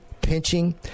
pinching